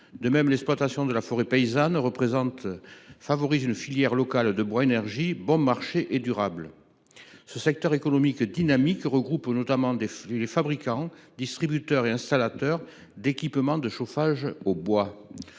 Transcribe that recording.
De même, l’exploitation de la forêt paysanne favorise une filière locale de bois énergie bon marché et durable. Ce secteur économique dynamique regroupe notamment les fabricants, distributeurs et installateurs d’équipements de chauffage au bois.